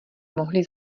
mohli